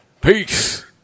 Peace